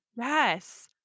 Yes